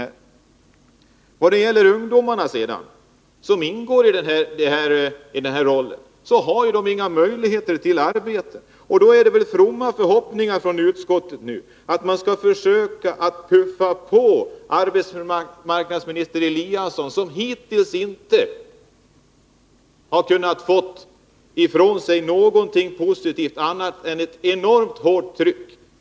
När det gäller ungdomarna har de inga möjligheter till arbete, och då är det fromma förhoppningar från utskottet, att man skall försöka puffa på arbetsmarknadsminister Eliasson, som hittills inte har kunnat få ifrån sig någonting positivt, annat än ett enormt hårt tryck.